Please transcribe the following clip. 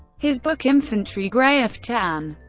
his book infanterie greift an,